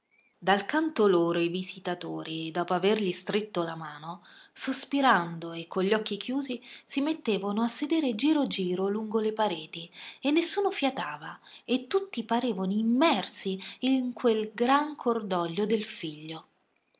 dal canto loro i visitatori dopo avergli stretto la mano sospirando e con gli occhi chiusi si mettevano a sedere giro giro lungo le pareti e nessuno fiatava e tutti parevano immersi in quel gran cordoglio del figlio